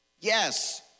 Yes